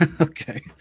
okay